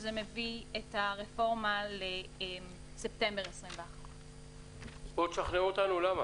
מה שמביא את הרפורמה לספטמבר 2021. בואו תשכנעו אותנו למה.